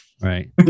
right